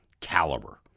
caliber